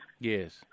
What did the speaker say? Yes